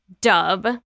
dub